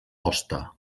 hoste